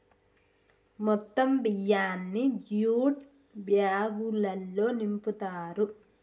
మొత్తం బియ్యాన్ని జ్యూట్ బ్యాగులల్లో నింపుతారు